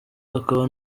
akaba